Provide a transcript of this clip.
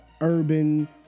urban